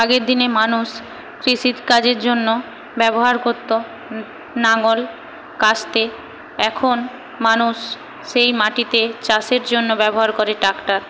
আগের দিনে মানুষ কৃষির কাজের জন্য ব্যবহার করত লাঙ্গল কাস্তে এখন মানুষ সেই মাটিতে চাষের জন্য ব্যবহার করে ট্রাক্টর